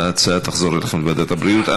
ההצעה תחזור אליכם לוועדת הבריאות.